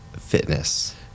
fitness